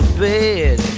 bed